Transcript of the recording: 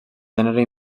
gènere